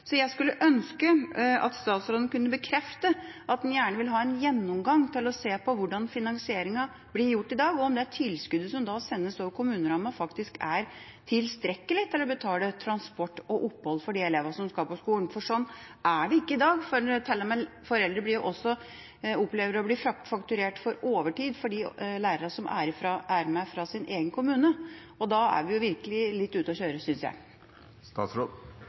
Jeg skulle ønske at statsråden kunne bekrefte at han gjerne vil ha en gjennomgang for å se på hvordan finansieringa blir gjort i dag, og om det tilskuddet som sendes over kommunerammen, er tilstrekkelig til å betale transport og opphold for de elevene som skal på leirskole, for sånn er det ikke i dag. Foreldre opplever til og med å bli fakturert for overtid for de lærerne som er med fra deres egen kommune. Da er vi virkelig litt ute å kjøre, synes jeg.